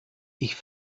ich